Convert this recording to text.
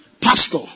pastor